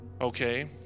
okay